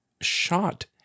shot